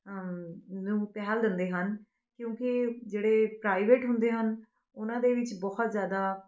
ਨੂੰ ਪਹਿਲ ਦਿੰਦੇ ਹਨ ਕਿਉਂਕਿ ਜਿਹੜੇ ਪ੍ਰਾਈਵੇਟ ਹੁੰਦੇ ਹਨ ਉਹਨਾਂ ਦੇ ਵਿੱਚ ਬਹੁਤ ਜ਼ਿਆਦਾ